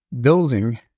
building